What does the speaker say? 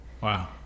Wow